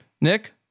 Nick